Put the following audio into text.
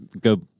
go